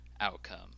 outcome